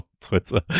Twitter